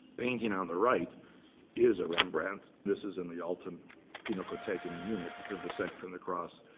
painting on the right is a rembrandt. this is in the alte um pinakothek in munich, the descent from the cross,